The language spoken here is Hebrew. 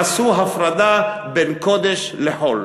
עשו הפרדה בין קודש לחול.